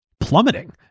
plummeting